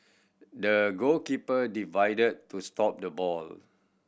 the goalkeeper divided to stop the ball